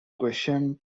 questioned